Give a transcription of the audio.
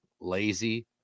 lazy